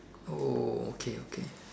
oh okay okay